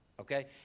okay